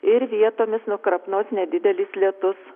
ir vietomis krapnos nedidelis lietus